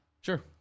Sure